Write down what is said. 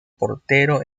portero